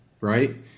right